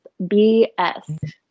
BS